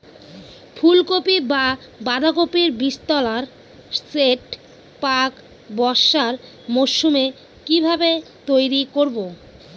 ফুলকপি বা বাঁধাকপির বীজতলার সেট প্রাক বর্ষার মৌসুমে কিভাবে তৈরি করব?